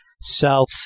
South